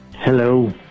Hello